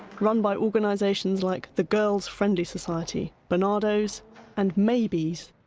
run by organisations like the girls' friendly society, barnardos and mabys,